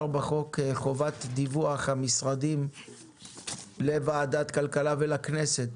בחוק חובת דיווח המשרדים לוועדת הכלכלה ולכנסת